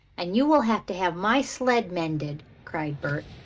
and you will have to have my sled mended, cried bert.